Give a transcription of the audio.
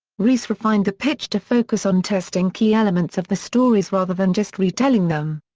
rees refined the pitch to focus on testing key elements of the stories rather than just retelling them.